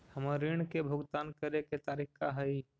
हमर ऋण के भुगतान करे के तारीख का हई?